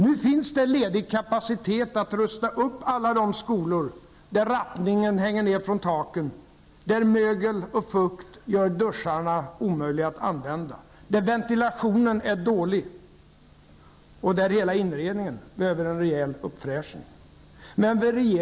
Nu finns det ledig kapacitet för att rusta upp alla de skolor där rappningen hänger ned från taken, där mögel och fukt gör duscharna omöjliga att använda, där ventilationen är dålig och där hela inredningen behöver en rejäl uppfräschning.